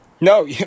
No